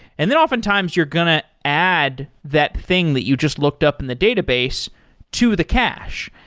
and then oftentimes you're going to add that thing that you just looked up in the database to the cash.